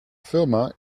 firma